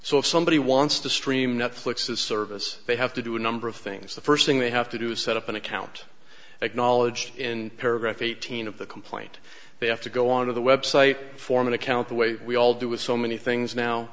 so if somebody wants to stream netflix as service they have to do a number of things the first thing they have to do is set up an account acknowledged in paragraph eighteen of the complaint they have to go on to the website form an account the way we all do with so many things now